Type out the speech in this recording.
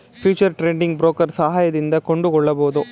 future trading broker ಸಹಾಯದಿಂದ ಕೊಂಡುಕೊಳ್ಳಬಹುದು